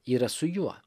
yra su juo